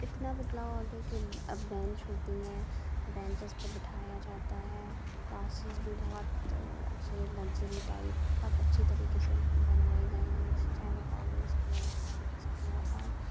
اتنا بدلاؤ آ گیا کہ اب بینچ ہوتی ہیں بینچیز پہ بٹھایا جاتا ہے کلاسیز بھی بہت اچھی لگزری ٹائپ بہت اچھی طریقے سے بنائے گئے ہیں چاہے وہ گورنمنٹ اسکول ہو یا پرائیویٹ اسکول ہو اور